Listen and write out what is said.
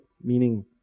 Meaning